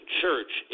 church